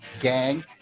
GANG